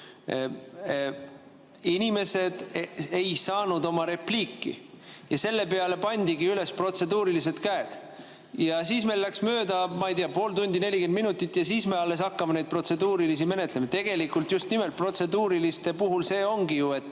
Inimesed ei saanud oma repliiki ja selle peale pandigi üles protseduurilised käed. Ja siis meil läks mööda, ma ei tea, pool tundi või 40 minutit, ja alles siis me hakkame neid protseduurilisi menetlema. Tegelikult just nimelt protseduuriliste puhul see ju nii ongi, et